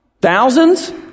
Thousands